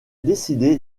décidé